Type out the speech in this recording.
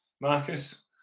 Marcus